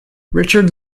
richard